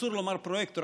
אסור לומר "פרויקטור",